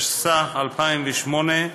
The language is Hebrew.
התשס"ח 2008,